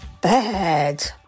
Bad